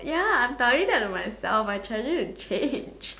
ya I'm telling that to myself I'm trying to change